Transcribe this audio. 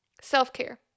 self-care